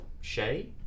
Shay